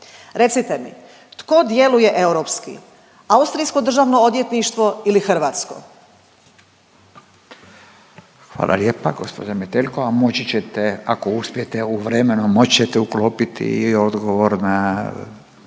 Recite mi, tko djeluje europski, austrijsko Državno odvjetništvo ili hrvatsko? **Radin, Furio (Nezavisni)** Hvala lijepa. Gđa. Metelko, a moći ćete ako uspijete u vremenu, moći ćete uklopiti i odgovor na